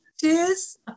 Cheers